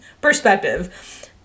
perspective